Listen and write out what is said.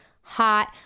hot